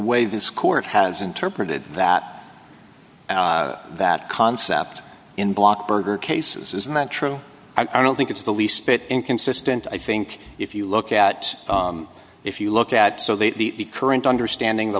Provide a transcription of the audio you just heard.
way this court has interpreted that that concept in block berger cases isn't that true i don't think it's the least bit inconsistent i think if you look at if you look at the current understanding the